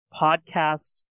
podcast